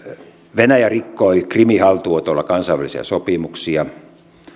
venäjä rikkoi krimin haltuunotolla kansainvälisiä sopimuksia